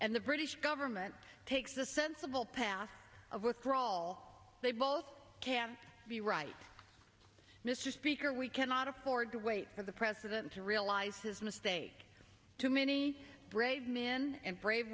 and the british government takes the sensible path of a crawl they both can be right mr speaker we cannot afford to wait for the president to realize his mistake too many brave men and brave